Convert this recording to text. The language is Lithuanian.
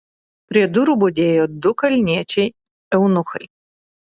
prie durų budėjo du kalniečiai eunuchai